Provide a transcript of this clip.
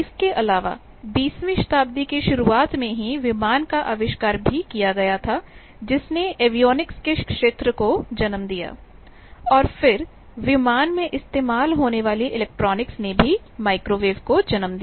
इसके अलावा बीसवीं शताब्दी की शुरुआत में ही विमान का आविष्कार भी किया गया था जिसने एवियोनिक्स के क्षेत्र को जन्म दिया और फिर विमान में इस्तेमाल होने वाली इलेक्ट्रॉनिक्स ने भी माइक्रोवेव को जन्म दिया